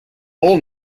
all